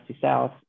south